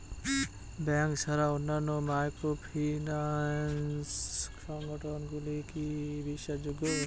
Bank ছাড়া অন্যান্য microfinance সংগঠন গুলি কি বিশ্বাসযোগ্য?